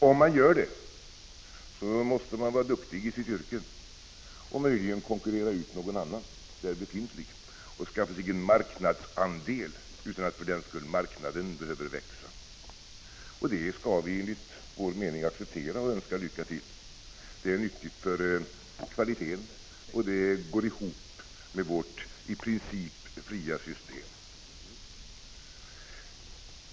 Om man gör det, måste man vara duktig i sitt yrke och möjligen konkurrera ut någon annan där befintlig för att skaffa sig en marknadsandel, utan att för den skull marknaden behöver växa. Detta skall man enligt vår mening acceptera och önska lycka till. Det är nyttigt för kvaliteten, och det går ihop med vårt i princip fria system.